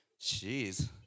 jeez